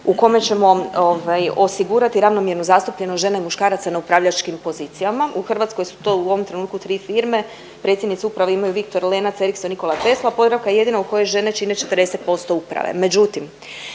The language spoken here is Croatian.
u kome ćemo osigurati ravnomjernu zastupljenost žena i muškaraca na upravljačkim pozicijama. U Hrvatskoj su to u ovom trenutku tri firme, predsjednice uprave imaju Viktor Lenac, Ericsson Nikola Tesla, Podravka i jedina u kojoj žene čine 40% uprave.